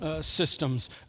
systems